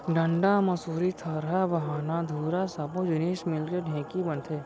डांड़ी, मुसरी, थरा, बाहना, धुरा सब्बो जिनिस मिलके ढेंकी बनथे